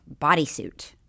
bodysuit